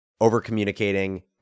over-communicating